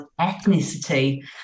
ethnicity